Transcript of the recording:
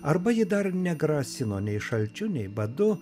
arba ji dar negrasino nei šalčiu nei badu